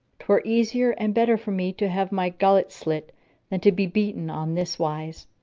twere easier and better for me to have my gullet slit than to be beaten on this wise!